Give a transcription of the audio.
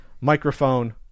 Microphone